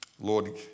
Lord